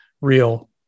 Real